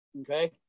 okay